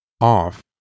off